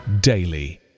daily